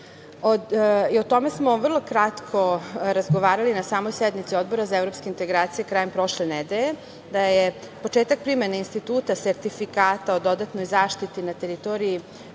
tome smo vrlo kratko razgovarali na samoj sednici Odbora za evropske integracije krajem prošle nedelje, da je početak primene instituta Sertifikata o dodatnoj zaštiti na teritoriji